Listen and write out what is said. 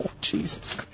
Jesus